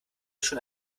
schon